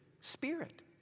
spirit